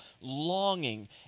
longing